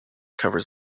covers